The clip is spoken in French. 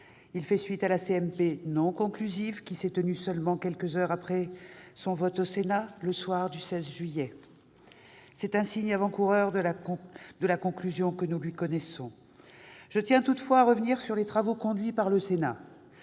paritaire non conclusive qui s'est tenue seulement quelques heures après son vote au Sénat le soir du 16 juillet. C'était un signe avant-coureur de la conclusion que nous lui connaissons. Je tiens toutefois à revenir sur les travaux conduits par le Sénat.